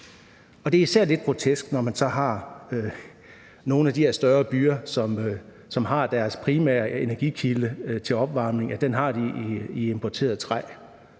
det er især lidt grotesk, når man så har nogle af de her større byer, som har deres primære energikilde til opvarmning i importeret træ.